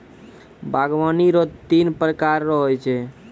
बागवानी रो तीन प्रकार रो हो छै